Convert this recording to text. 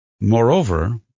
Moreover